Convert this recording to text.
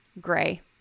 gray